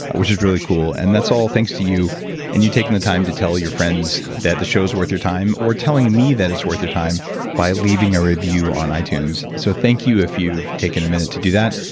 which is really cool. and that's all thanks to you and you taking the time to tell your friends that the show's worth your time or telling me that it's worth your time by leaving a review on itunes. so thank you if you've taken a minute to do that.